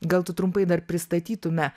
gal tu trumpai dar pristatytume